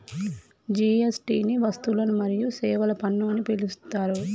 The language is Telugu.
జీ.ఎస్.టి ని వస్తువులు మరియు సేవల పన్ను అని పిలుత్తారు